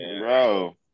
bro